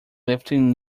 lifting